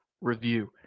review